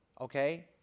okay